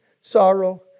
sorrow